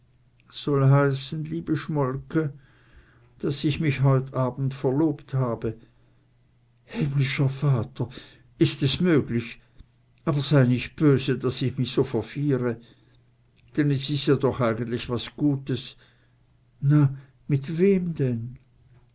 soll heißen liebe schmolke daß ich mich heut abend verlobt habe himmlischer vater is es möglich aber sei nich böse daß ich mich so verfiere denn es is ja doch eigentlich was gutes na mit wem denn